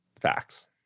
Facts